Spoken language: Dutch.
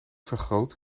vergroot